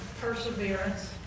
perseverance